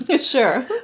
Sure